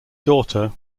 daughter